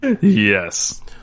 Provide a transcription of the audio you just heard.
yes